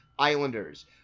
Islanders